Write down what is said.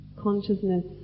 consciousness